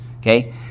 okay